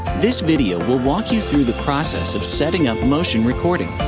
this video will walk you through the process of setting up motion recording.